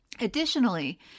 Additionally